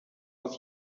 aus